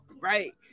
right